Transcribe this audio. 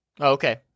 Okay